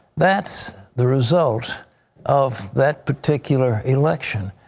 that's the result of that particular election.